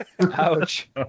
ouch